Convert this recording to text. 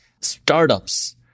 startups